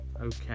Okay